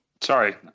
sorry